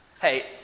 hey